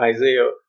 Isaiah